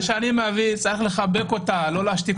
שאני מביא צריך לחבק אותה, לא להשתיק אותה.